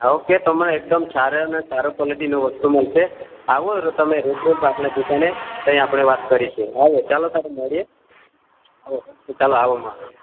હા ઓકે કે તો મને એકદમ સારો ને સારો ક્વાલિટીનું વસ્તુ મળશે આવો તમે રૂબરૂ આપના દુકાને તય આપણે વાત કરીશું ચાલો તારે મળીએ ચાલો આવો મા